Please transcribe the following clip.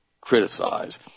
criticize